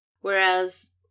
whereas